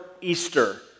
Easter